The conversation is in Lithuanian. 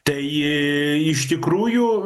tai iš tikrųjų